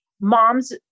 mom's